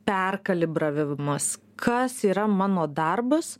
perkalibravimas kas yra mano darbas